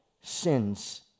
sins